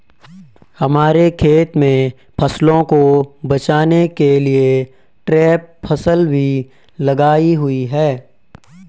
हमारे खेत में फसलों को बचाने के लिए ट्रैप फसल भी लगाई हुई है